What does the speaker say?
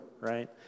right